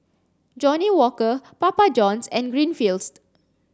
Johnnie Walker Papa Johns and Greenfields